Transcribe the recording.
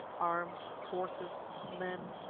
arms, horses, men,